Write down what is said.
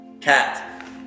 Cat